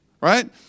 right